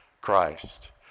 Christ